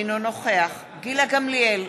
אינו נוכח גילה גמליאל,